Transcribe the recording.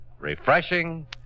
refreshing